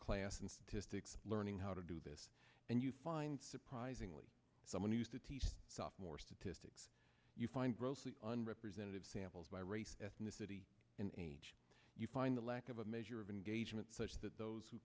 statistics learning how to do this and you find surprisingly someone who used to teach sophomore statistics you find grossly and representative samples by race ethnicity and age you find the lack of a measure of engagement such that those who